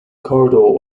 corridor